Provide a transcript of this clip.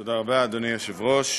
תודה רבה, אדוני היושב-ראש,